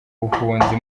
buhunzi